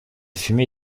fumée